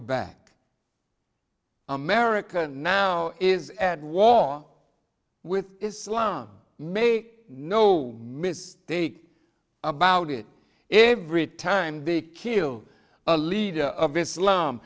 back america now is at war with islam may no mistake about it if every time the killed a leader of islam